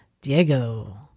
Diego